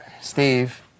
Steve